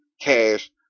cash